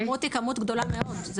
הכמות היא כמות גדולה מאוד.